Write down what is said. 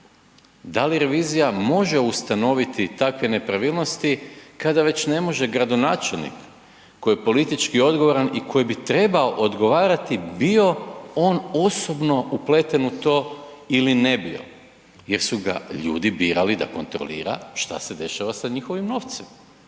Da li revizija može ustanoviti takve nepravilnosti, kada već ne može gradonačelnik koji je politički odgovoran i koji bi trebao odgovarati, bio on osobno upleten u to ili ne bio jer su ga ljudi birali da kontrolira što se dešava s njihovim novcima.